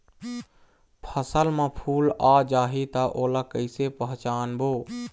फसल म फूल आ जाही त ओला कइसे पहचानबो?